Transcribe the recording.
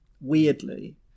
Weirdly